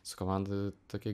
su komanda tokie